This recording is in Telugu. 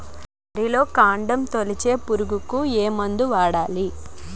వరిలో కాండము తొలిచే పురుగుకు ఏ మందు వాడాలి?